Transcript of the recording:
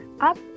up